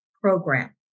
program